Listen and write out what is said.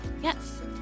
Yes